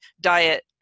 diet